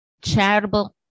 charitable